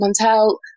Montel